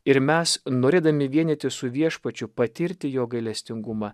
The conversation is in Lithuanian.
ir mes norėdami vienytis su viešpačiu patirti jo gailestingumą